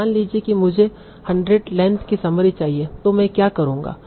तो मान लीजिए कि मुझे 100 लेंथ की समरी चाहिए तो मैं क्या करूंगा